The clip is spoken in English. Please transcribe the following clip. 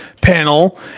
panel